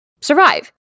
survive